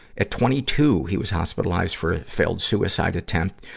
at twenty two, he was hospitalized for a failed suicide attempt.